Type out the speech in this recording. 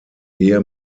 ehe